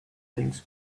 things